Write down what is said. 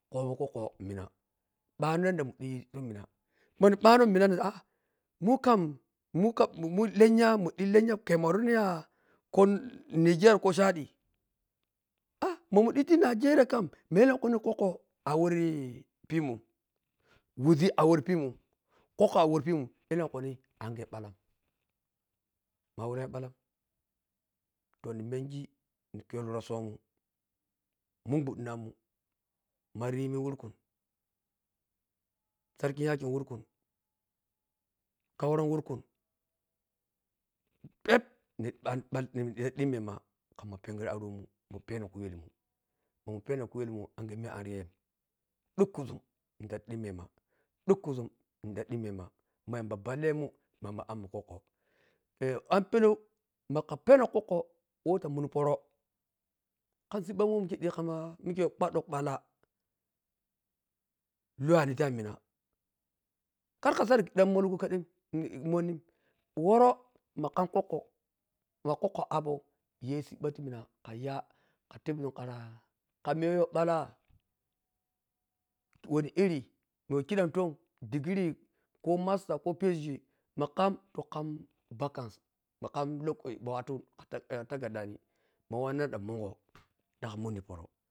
Khobi kwokwo mina bwani yadda modhighi ti mina manhi bwanho mina ha aa mukum mukam mu lennya n-mdhi lennya camaroon yha ko nee” niger ko chadi ma mundhiti igeria kham ma e llen khuni kwokwo awarri pemun wizi awar pemun kwokwo a war pimun ellenkhunhi awr balla muawari balla to nimengi ni kyolrosomun munghwadhinamun marimin wurkam sakin yakin wurkunri kauea nwarkum peep muni ta dhimmemah khamma pegir aromun mun peni khuye mun mamun peno khuyelmun mamun peno khuyelmun angye anriyam dhakkhusam nidhi ta dhimmema dhukkhusum nidhi ta dhummama ma yamba ballemun mayamba ammun kwokwo anpelau makha penno kwokwo wah t wah poro kham siɓɓamun wah mikhi gbwadhu balla le wanita mina kharkha saghi lah malgho kadal monny woro makham kwokwo ma kwokwo bapou yhe sibba ti mina kha yha tepʒun khara khammiya wah yho balla wani iri ma khidhamtong iri ko master phd ma kham to kham vaccants ma kham loko ma wato ma sadki takardani ma wanna dhang mungho makha munni poro.